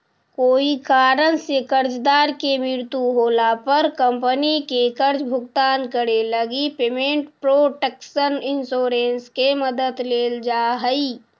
कोई कारण से कर्जदार के मृत्यु होला पर कंपनी के कर्ज भुगतान करे लगी पेमेंट प्रोटक्शन इंश्योरेंस के मदद लेल जा हइ